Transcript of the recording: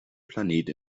planet